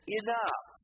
enough